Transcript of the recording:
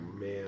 man